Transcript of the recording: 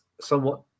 somewhat